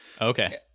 Okay